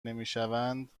نمیشوند